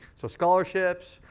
so scholarships,